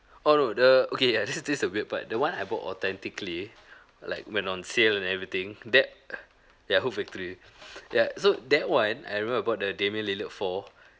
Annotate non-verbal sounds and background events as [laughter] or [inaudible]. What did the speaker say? orh no the okay ya this is this the weird part the one I bought authentically like when on sale and everything that ya hope factory [breath] ya so that one I remember about the damian lillard four